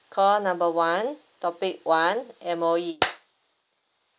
call number one topic one M_O_E